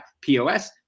POS